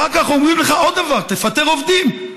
אחר כך אומרים לך עוד דבר: תפטר עובדים.